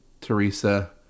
Teresa